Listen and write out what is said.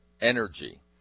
energy